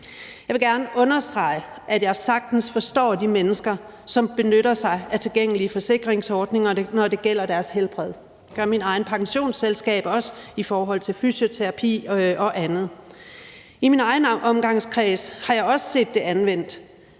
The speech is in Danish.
Jeg vil gerne understrege, at jeg sagtens forstår de mennesker, som benytter sig af tilgængelige forsikringsordninger, når det gælder deres helbred. Det gør mit eget pensionsselskab også i forhold til fysioterapi og andet. I min egen omgangskreds har jeg også set det anvendt,